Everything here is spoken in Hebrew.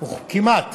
כמעט.